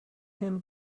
him